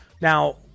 Now